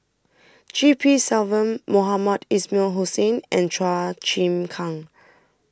G P Selvam Mohamed Ismail Hussain and Chua Chim Kang